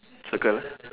circle